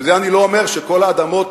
בזה אני לא אומר שכל האדמות,